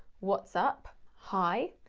what's up, hi,